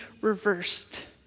reversed